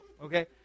Okay